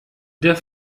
der